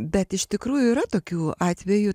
bet iš tikrųjų yra tokių atvejų